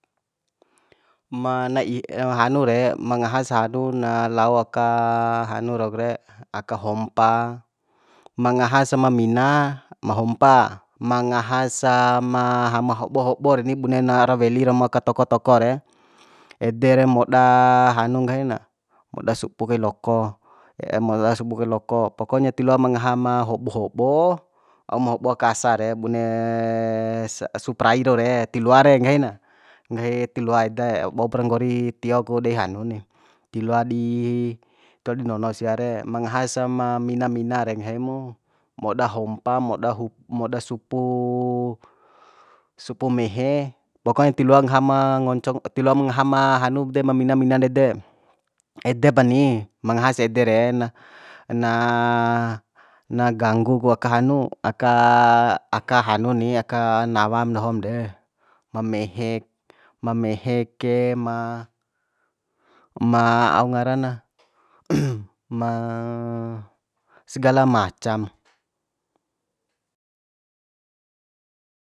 Ma na i hanu re ma ngahasa hanu na lao aka hanu rauk re aka hompa ma ngahas ma mina ma hompa ma ngahasa ma mia ma hobohobo reni bune ra weli romo ka tokotoko re ede re moda hanu nggahi na moda supu kai loko moda supu kai loko pokonya ti loa ma ngaha ma hobo hobo au ma hobo ka asa re bune suprai rau re ti loa re nggahi na nggahi ti loa ede boup ra nggori tio ku dei hanu ni ti loa di tiloa di nono sia re ma ngaha sa ma mina mina re nggahi mu moda hompa moda moda supu supu mehe pokonya ti loa ngahama ngonco tiloam ngaha ma hanuk de ma mina mina ndede ede pa ni ma ngahas ede re na na na ganggu ku aka hanu aka aka hanu ni aka nawam dohom de ma mehe ma mehe ke ma ma au ngara na ma segala macam